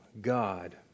God